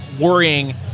worrying